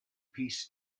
peace